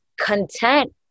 content